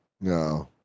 No